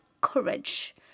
courage